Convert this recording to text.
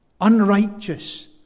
Unrighteous